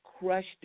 crushed